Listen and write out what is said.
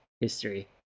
history